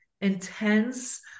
intense